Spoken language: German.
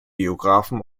biographen